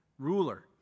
ruler